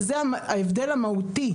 וזה ההבדל המהותי.